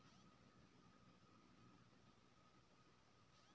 हम अपन गुलाब के फूल के वृद्धि केना करिये सकेत छी?